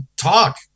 talk